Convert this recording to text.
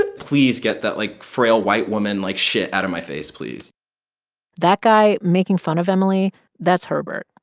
ah please get that, like, frail, white woman, like, shit out of my face, please that guy making fun of emily that's herbert,